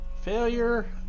Failure